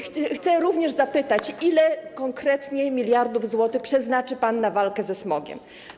Chcę również zapytać, ile konkretnie miliardów złotych przeznaczy pan na walkę ze smogiem.